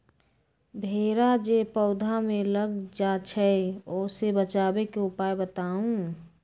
भेरा जे पौधा में लग जाइछई ओ से बचाबे के उपाय बताऊँ?